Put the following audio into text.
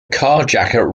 carjacker